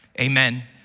amen